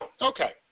Okay